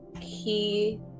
key